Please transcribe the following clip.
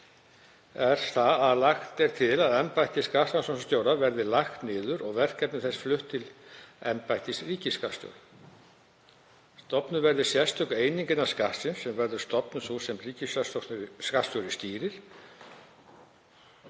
eru að lagt er til að embætti skattrannsóknarstjóra verði lagt niður og verkefni þess flutt til embættis ríkisskattstjóra. Stofnuð verði sérstök eining innan Skattsins, sem er sú stofnun sem ríkisskattstjóri stýrir